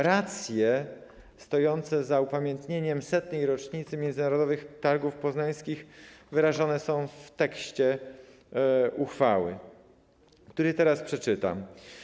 Racje stojące za upamiętnieniem 100. rocznicy powstania Międzynarodowych Targów Poznańskich wyrażone są w tekście uchwały, który teraz przeczytam.